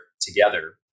together